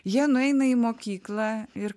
jie nueina į mokyklą ir